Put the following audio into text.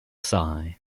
sigh